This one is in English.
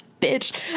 bitch